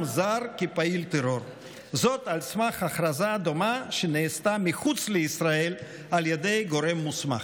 זר כפעיל טרור על סמך הכרזה דומה שנעשתה מחוץ לישראל על ידי גורם מוסמך.